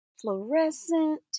fluorescent